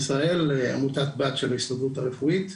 עמותת בת של ההסתדרות הרפואית,